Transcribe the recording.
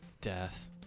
death